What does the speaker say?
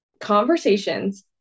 conversations